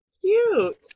Cute